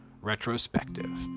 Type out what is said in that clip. Retrospective